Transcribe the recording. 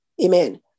Amen